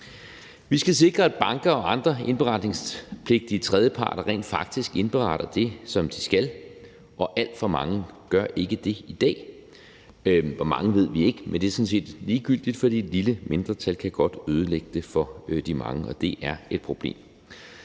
Vi skal sikre, at banker og andre indberetningspligtige tredjeparter rent faktisk indberetter det, som de skal, og alt for mange gør ikke det i dag. Hvor mange ved vi ikke, men det er sådan set ligegyldigt, for et lille mindretal kan godt ødelægge det for de mange, og det er et problem.